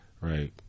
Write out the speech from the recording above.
Right